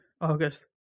August